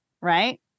right